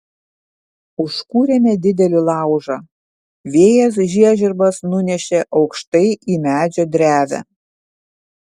užkūrėme didelį laužą vėjas žiežirbas nunešė aukštai į medžio drevę